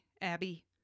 abby